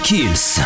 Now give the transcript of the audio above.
Kills